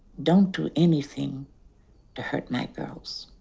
don't do anything to hurt my girls.